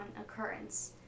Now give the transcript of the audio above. occurrence